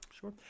sure